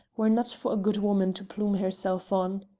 were not for a good woman to plume herself on.